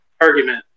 argument